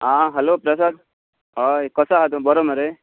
आं हॅलो प्रसाद हय कसो हा तूं बरो मरे